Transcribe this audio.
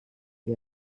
sie